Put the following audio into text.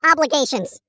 Obligations